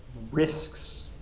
risks